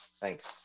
Thanks